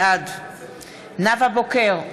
בעד נאוה בוקר,